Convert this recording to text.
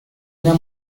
una